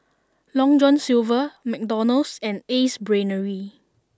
Long John Silver McDonald's and Ace Brainery